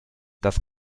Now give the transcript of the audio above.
das